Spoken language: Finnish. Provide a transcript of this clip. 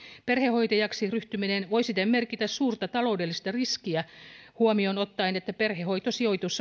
perhehoitajaksi ryhtyminen voi siten merkitä suurta taloudellista riskiä huomioon ottaen että perhehoitosijoitus